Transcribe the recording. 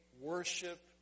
worship